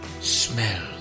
Smell